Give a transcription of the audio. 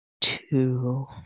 Two